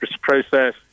process